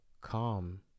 calm